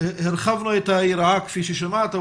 הרחבנו את היריעה כפי ששמעת,